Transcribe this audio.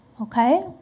okay